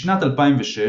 בשנת 2006,